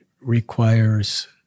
requires